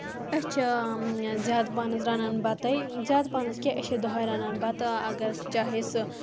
أسۍ چھِ زیادٕ پَہنَس رَنان بَتَے زیادٕ پَہنَس کیاہ أسۍ چھِ دُہے رَنان بَتہٕ اَگر چاہے سُہ